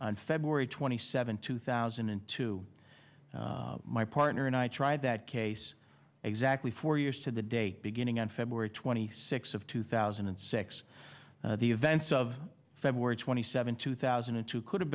on february twenty seventh two thousand and two my partner and i tried that case exactly four years to the day beginning on february twenty sixth of two thousand and six the events of february twenty seventh two thousand and two could have